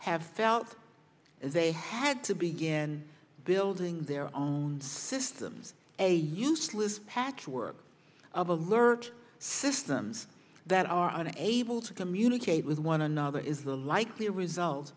have felt they had to begin building their own systems a useless pack work of alert systems that are unable to communicate with one another is the likely result